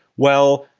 well,